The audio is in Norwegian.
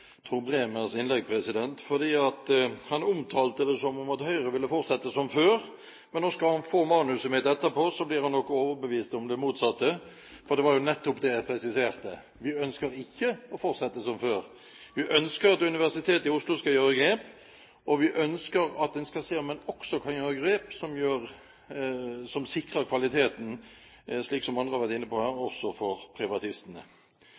Bremers innlegg. Han omtalte dette som om Høyre ville fortsette som før. Men når han får manuset mitt etterpå, blir han nok overbevist om det motsatte, for det jeg nettopp presiserte, var at vi ønsker ikke å fortsette som før. Vi ønsker at Universitetet i Oslo skal gjøre grep, og vi ønsker at man også kan se om man kan gjøre grep som sikrer kvaliteten, slik andre har vært inne på her, også for privatistene.